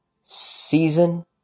season